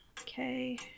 Okay